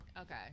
Okay